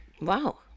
Wow